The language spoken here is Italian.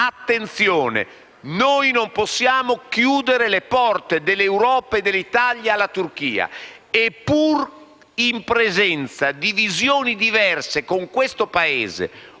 attenzione: noi non possiamo chiudere le porte dell'Europa e dell'Italia alla Turchia e, pur in presenza di visioni diverse con quel Paese